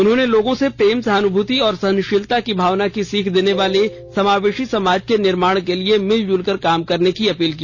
उन्होंने लोगो से प्रेम सहानुभूति और सहनशीलता की भावना की सीख देने वाले समावेशी समाज के निर्माण के लिए मिलजुल कर काम करने की अपील की